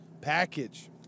package